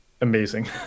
amazing